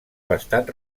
bastant